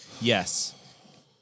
Yes